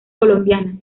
colombiana